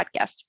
podcast